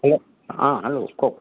hello অঁ hello কওক